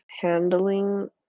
handling